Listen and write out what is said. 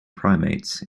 primates